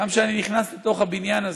גם כשאני נכנס לתוך הבניין הזה,